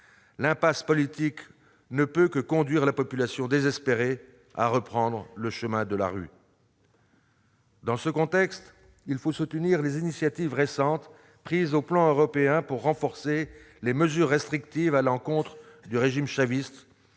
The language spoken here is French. L'impasse politique ne peut que pousser la population désespérée à reprendre le chemin de la rue. Dans ce contexte, il faut soutenir les initiatives récentes prises à l'échelle européenne pour renforcer les mesures restrictives à l'encontre du régime chaviste.